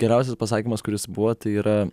geriausias pasakymas kuris buvo tai yra